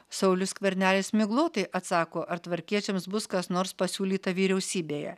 saulius skvernelis miglotai atsako ar tvarkiečiams bus kas nors pasiūlyta vyriausybėje